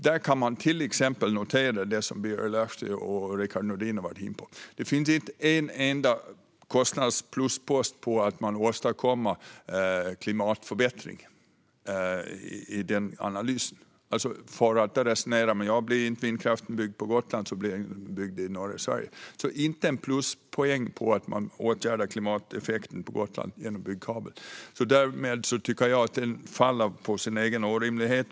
Där kan man till exempel notera det som Birger Lahti och Rickard Nordin har varit inne på, nämligen att det i denna analys inte finns en enda kostnadspluspost när det gäller att man kan åstadkomma en klimatförbättring. Blir inte vindkraften byggd på Gotland blir den byggd i norra Sverige. Men det anges alltså inte en enda pluspoäng om att man åtgärdar klimateffekten på Gotland genom att bygga kabel. Därmed tycker jag att denna analys faller på sin egen orimlighet.